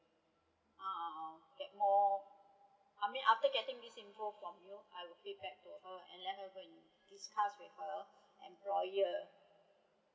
uh get more I mean after getting this info from you I will feedback to her and let her go and discuss with her employer